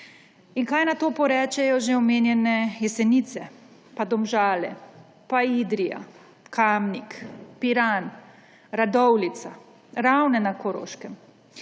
In kaj na to porečejo že omenjene Jesenice, pa Domžale, pa Idrija, Kamnik, Piran, Radovljica, Ravne na Koroškem,